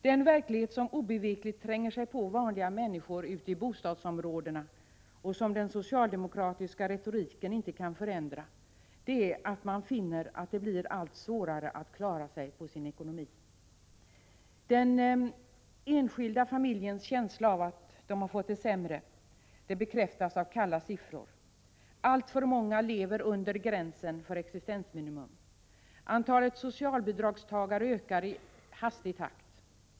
Den verklighet som obevekligt tränger sig på vanliga människor ute i bostadsområdena och som den socialdemokratiska retoriken inte kan förändra är att man finner att det blir allt svårare att klara sin ekonomi. Den enskilda familjens känsla av att den har fått det sämre bekräftas av kalla siffror. Alltför många lever under gränsen för existensminimum. Antalet socialbidragstagare ökar i hastig takt.